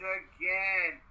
again